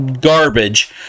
garbage